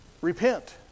repent